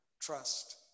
trust